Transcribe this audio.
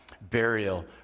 burial